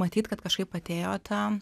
matyt kad kažkaip atėjo ta